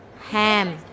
ham